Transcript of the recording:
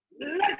let